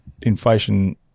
inflation